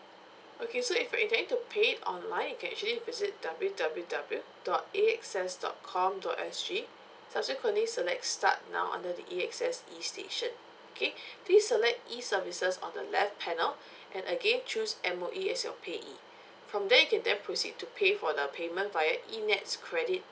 okay so if you're intending to pay it online you can actually visit W W W dot A_X_S dot com dot S G subsequently select start now under the A_X_S E station okay please select E services on the left panel and again choose M_O_E as your payee from there you can then proceed to pay for the payment via eNETs credit